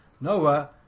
Noah